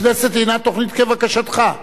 הכנסת אינה תוכנית כבקשתך.